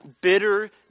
bitter